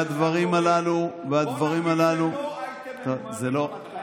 והדברים הללו --- בוא נגיד שלא הייתם ממנים רמטכ"ל.